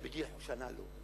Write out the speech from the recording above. ובגיל שנה לא.